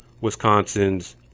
Wisconsin's